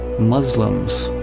muslims,